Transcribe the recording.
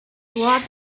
toward